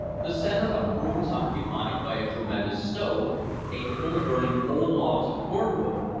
the center of the room was occupied by a tremendous stove capable of burning whole logs of cordwood.